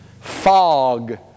fog